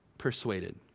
persuaded